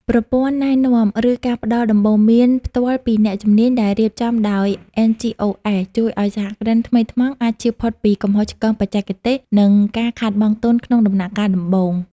ប្រព័ន្ធណែនាំ ឬការផ្ដល់ដំបូន្មានផ្ទាល់ពីអ្នកជំនាញដែលរៀបចំដោយ NGOs ជួយឱ្យសហគ្រិនថ្មីថ្មោងអាចជៀសផុតពីកំហុសឆ្គងបច្ចេកទេស និងការខាតបង់ទុនក្នុងដំណាក់កាលដំបូង។